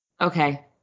Okay